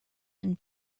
and